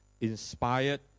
inspired